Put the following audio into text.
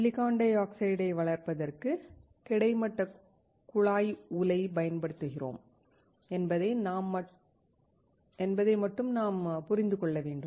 silicon டை ஆக்சைடை வளர்ப்பதற்கு கிடைமட்ட குழாய் உலையை பயன்படுத்துகிறோம் என்பதை மட்டும் நாம் புரிந்து கொள்ள வேண்டும்